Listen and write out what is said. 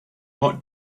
ought